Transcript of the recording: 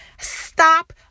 stop